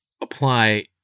apply